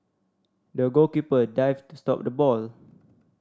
the goalkeeper dived to stop the ball